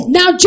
now